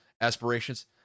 aspirations